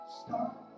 stop